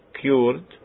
cured